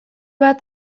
bat